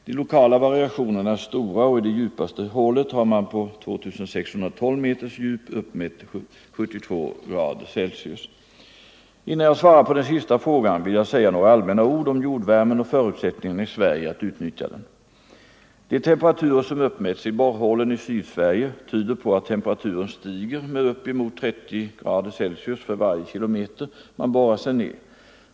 De lokala variationerna är stora, och i det djupaste hålet har man på 2 612 meters djup uppmätt 72'C. Innan jag svarar på den sista frågan vill jag säga några allmänna ord om jordvärmen och förutsättningarna i Sverige att utnyttja den. De temperaturer som uppmätts i borrhålen i Sydsverige tyder på att temperaturen stiger med upp emot 30'C för varje kilometer man borrar sig ned.